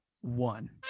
one